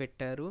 పెట్టారు